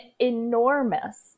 enormous